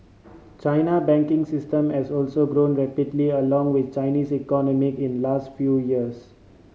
China banking system has also grown rapidly along with Chinese economy in last few years